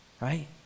Right